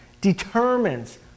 determines